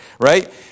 right